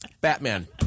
Batman